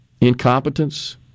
incompetence